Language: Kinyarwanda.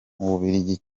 bubiligi